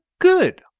good